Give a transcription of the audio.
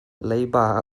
leiba